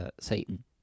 Satan